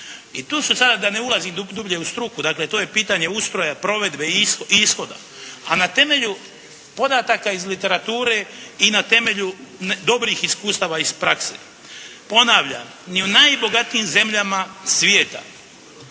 I tu su sada da ne ulazim dublje u struku. Dakle to je pitanje ustroja, provedbe i ishoda. A na temelju podataka iz literature i na temelju dobrih iskustava iz prakse ponavljam ni u najbogatijim zemljama svijeta